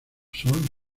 son